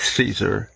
Caesar